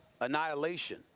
Annihilation